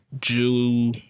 Jew